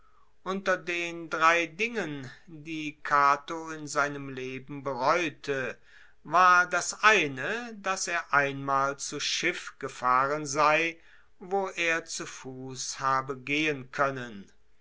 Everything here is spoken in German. unter den drei dingen die cato in seinem leben bereute war das eine dass er einmal zu schiff gefahren sei wo er zu fuss habe gehen koennen